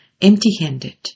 empty-handed